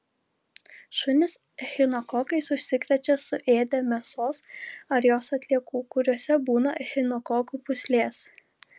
šunys echinokokais užsikrečia suėdę mėsos ar jos atliekų kuriose būna echinokokų pūslės